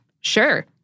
Sure